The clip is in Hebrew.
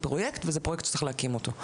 פרויקט וזה פרויקט שצריך להקים אותו.